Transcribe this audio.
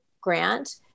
grant